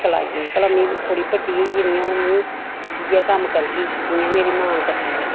अकल आई गेई भला में थोह्ड़ी बड्डी होई गेदी आं में इ'यै कम्म करगी जि'यां मेरी मां करदी ऐ